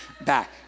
back